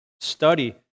study